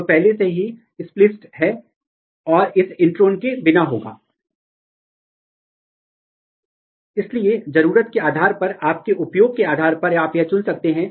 तो in vitro करने के कुछ तरीके हैं यह है footprinting electrophoretic mobility shift assay और फिर yeast 1 hybrid in yeast yeast 1 hybrid में आप डीएनए का इस्तेमाल कर सकते हैं और फिर पहचान सकते हैं कि वे कौन से प्रोटीन हैं जो उस डीएनए तत्वों से बंधे होते हैं